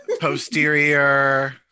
posterior